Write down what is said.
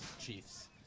Chiefs